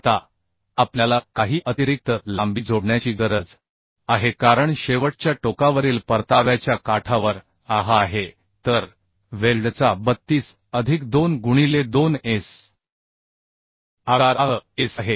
आता आपल्याला काही अतिरिक्त लांबी जोडण्याची गरज आहे कारण शेवटच्या टोकावरील परताव्याच्या काठावर आहे तर वेल्डचा 32 अधिक 2 गुणिले 2 एस आकार आह एस आहे